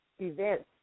events